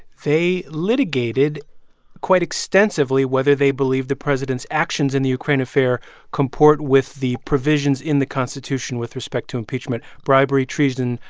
they litigated quite extensively whether they believed the president's actions in the ukraine affair comport with the provisions in the constitution with respect to impeachment bribery, treason,